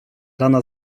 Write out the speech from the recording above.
rana